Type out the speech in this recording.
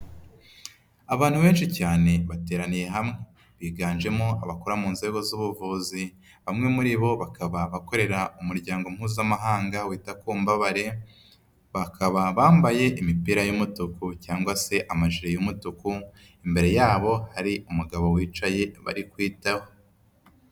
Abantu benshi cyane bateraniye hamwe, biganjemo abakora mu nzego z'ubuvuzi, bamwe muri bo bakaba bakorera umuryango Mpuzamahanga wita ku mbabare, bakaba bambaye imipira y'umutuku cyangwa se amajire y'umutuku, imbere yabo hari umugabo wicaye bari kwitaho.